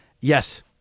Yes